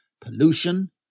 pollution